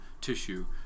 tissue